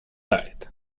lied